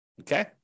okay